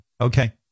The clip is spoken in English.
Okay